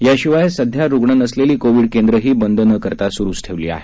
याशिवाय सध्या रुग्ण नसलेली कोविड केंद्रही बंद न करता सुरुच ठेवली आहेत